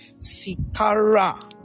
Sikara